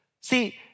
see